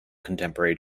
contemporary